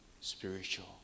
spiritual